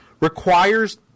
requires